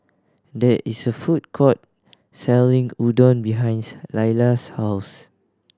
there is a food court selling Udon behinds Lilia's house